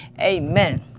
Amen